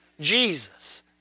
Jesus